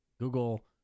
Google